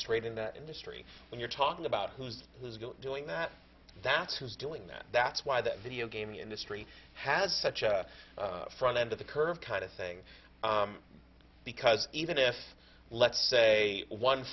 straight in that industry when you're talking about who's who's doing that that's who's doing that that's why the video game industry has such a front end of the curve kind of thing because even if let's say one